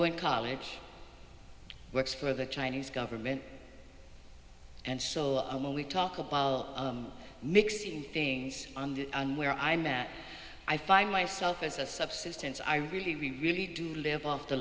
in college works for the chinese government and so on when we talk about mixing things on the where i met i find myself as a subsistence i really really do live off the